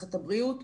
מערכת הבריאות,